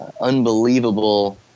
unbelievable